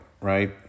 right